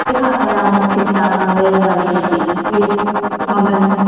ꯄꯩꯁꯥ ꯇꯔꯥꯃꯨꯛꯀꯤ ꯆꯥꯡꯒ ꯂꯩꯔꯝꯒꯅꯤ ꯍꯥꯏꯗꯤ ꯐꯅꯦꯛ ꯃꯃꯟ